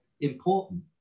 important